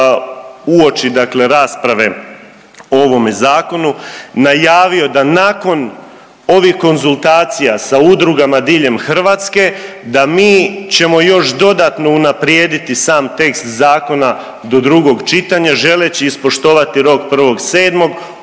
uoči rasprave o ovome zakonu najavio da nakon ovih konzultacija sa udrugama diljem Hrvatske da mi ćemo još dodatno unaprijediti sam tekst zakona do drugog čitanja želeći ispoštovati rok 1.7.